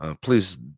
please